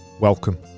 welcome